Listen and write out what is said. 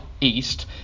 east